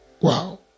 Wow